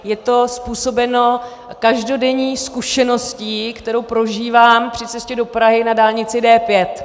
Je to způsobeno každodenní zkušeností, kterou prožívám při cestě do Prahy na dálnici D5.